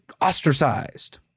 ostracized